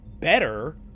better